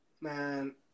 man